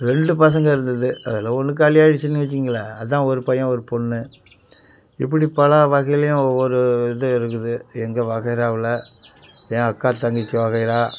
ரெண்டு பசங்க இருந்தது அதில் ஒன்று காலியாகிடுச்சுன்னு வெச்சுக்குங்களேன் அதான் ஒரு பையன் ஒரு பொண்ணு இப்பிடி பல வகையிலேயும் ஒவ்வொரு இது இருக்குது எங்கள் வகைறாவில் என் அக்கா தங்கச்சி வகையறா